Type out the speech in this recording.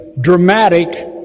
dramatic